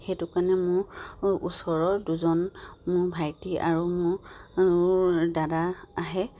সেইটো কাৰণে মোৰ ওচৰৰ দুজন মোৰ ভাইটি আৰু মোৰ দাদা আহে